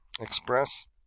express